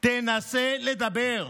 תנסה לדבר.